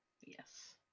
yes